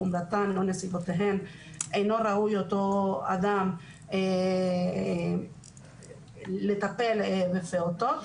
חומרתן או נסיבותיהן אינו ראוי אותו אדם לטפל בפעוטות.